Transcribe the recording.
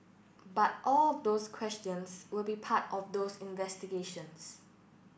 but all of those questions will be part of those investigations